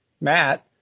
Matt